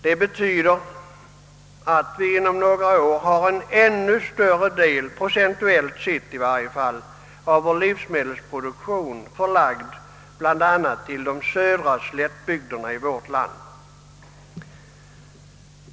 Detta betyder att vi inom några år, i varje fall procentuellt sett, har en ännu större del av vår livsmedelsproduktion förlagd till slättbygderna i södra delen av vårt land.